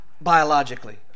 biologically